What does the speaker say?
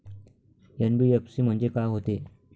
NBFC म्हणजे का होते?